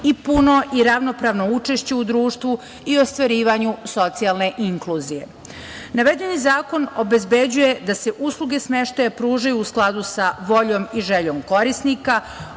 i puno i ravnopravno učešće u društvu i ostvarivanju socijalne inkluzije. Navedeni zakon obezbeđuje da se usluge smeštaja pružaju u skladu sa voljom i željom korisnika